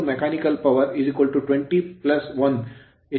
746KW ಆಗಿರುತ್ತದೆ